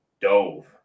dove